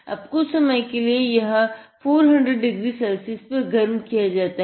अब कुछ समय के लिए यह 400 डिग्री सेल्सियस पर गर्म किया जाता है